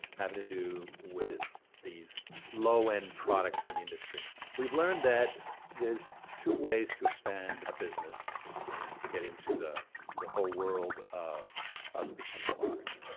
having to do with these low end products in the industry. we've learned that there's two ways to expand a business and get into the the whole world of us becoming large.